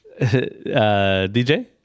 DJ